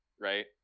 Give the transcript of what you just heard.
right